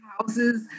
houses